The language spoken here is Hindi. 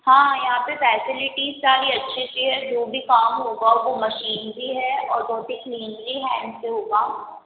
हाँ यहाँ पे फेसिलिटीज़ सारी अच्छी सी है जो भी काम होगा वो मशीन भी है और बहुत ही क्लीनली हैंड से होगा